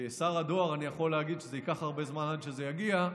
כשר הדואר אני יכול להגיד שזה ייקח הרבה זמן עד שזה יגיע,